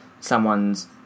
someone's